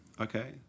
Okay